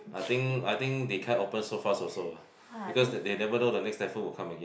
I think I think they can't open so fast also lah because they never know the next typhoon will come again